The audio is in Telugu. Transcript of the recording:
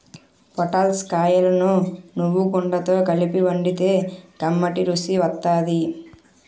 పొటల్స్ కాయలను నువ్వుగుండతో కలిపి వండితే కమ్మటి రుసి వత్తాది